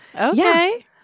Okay